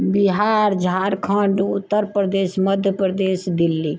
Bihar Jharkhand Uttar Pradesh Madhya Pradesh Delhi